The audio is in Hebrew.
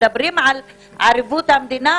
אני רוצה לדבר על ארבעה דברים בקצרה.